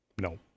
No